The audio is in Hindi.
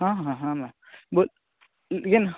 हाँ हाँ हाँ मैम लेकिन